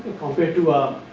compare to a